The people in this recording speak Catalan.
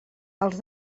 els